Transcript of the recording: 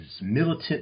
militant